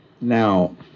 Now